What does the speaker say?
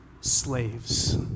slaves